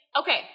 Okay